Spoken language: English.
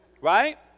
Right